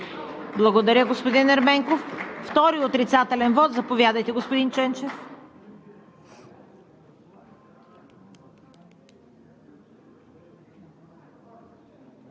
Благодаря, господин Ерменков. Втори отрицателен вот – заповядайте, господин Ченчев.